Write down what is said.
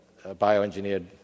bioengineered